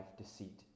deceit